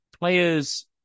players